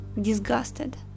disgusted